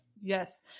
Yes